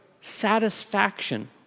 satisfaction